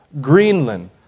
Greenland